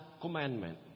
commandment